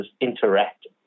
interact